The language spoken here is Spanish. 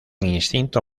instinto